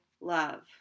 love